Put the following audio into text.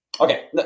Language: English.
Okay